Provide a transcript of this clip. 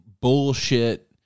bullshit